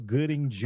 Gooding